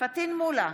פטין מולא,